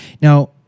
Now